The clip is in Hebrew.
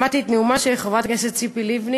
שמעתי את נאומה של חברת הכנסת ציפי לבני